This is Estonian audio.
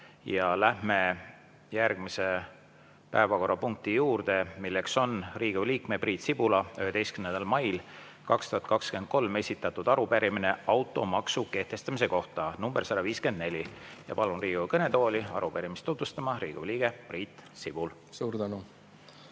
Läheme järgmise päevakorrapunkti juurde, milleks on Riigikogu liikme Priit Sibula 11. mail 2023 esitatud arupärimine automaksu kehtestamise kohta (nr 154). Palun Riigikogu kõnetooli arupärimist tutvustama Riigikogu liikme Priit Sibula. Suur tänu,